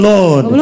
Lord